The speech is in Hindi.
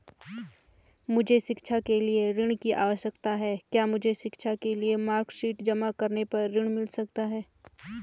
मुझे शिक्षा के लिए ऋण की आवश्यकता है क्या मुझे शिक्षा के लिए मार्कशीट जमा करने पर ऋण मिल सकता है?